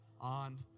on